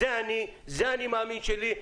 זה ה"אני מאמין" שלי,